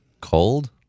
cold